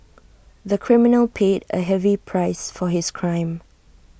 the criminal paid A heavy price for his crime